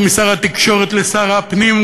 ומשר התקשורת לשר הפנים,